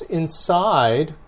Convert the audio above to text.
inside